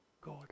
God